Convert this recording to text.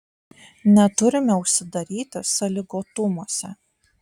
neturime užsidaryti sąlygotumuose